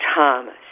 Thomas